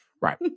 Right